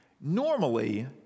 Normally